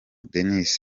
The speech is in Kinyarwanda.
denis